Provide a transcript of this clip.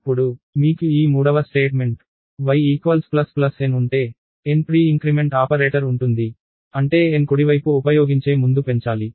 అప్పుడు మీకు ఈ మూడవ స్టేట్మెంట్ y n ఉంటే n ప్రీ ఇంక్రిమెంట్ ఆపరేటర్ ఉంటుంది అంటే n కుడివైపు ఉపయోగించే ముందు పెంచాలి